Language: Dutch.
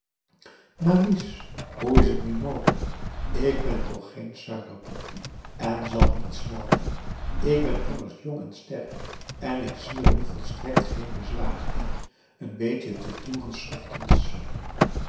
wies hoe is het nu mogelijk ik ben toch geen suikerpopje en zal niet smelten ik ben immers jong en sterk en ik zie er nu volstrekt geen bezwaar in n beetje te toeren s ochtends